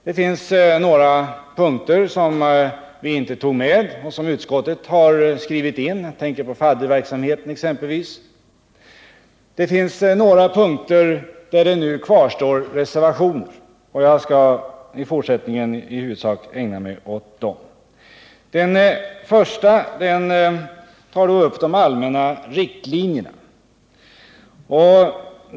Det finns några punkter som vi inte tog med och som utskottet har skrivit in — jag tänker exempelvis på fadderverksamheten. Och det finns några punkter som föranlett reservationer. Jag skall i fortsättningen i huvudsak ägna mig åt dem. Den första tar upp de allmänna riktlinjerna.